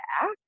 act